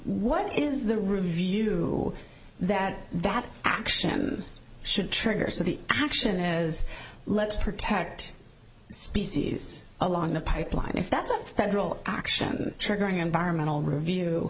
what is the review that that action should trigger so the action has let's protect species along the pipeline if that's a federal action triggering environmental review